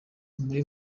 muri